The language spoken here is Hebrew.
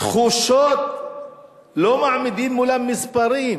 תחושות לא מעמידים מול המספרים.